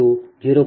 2916 0